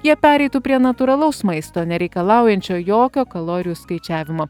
jie pereitų prie natūralaus maisto nereikalaujančio jokio kalorijų skaičiavimo